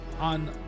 on